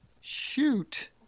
Shoot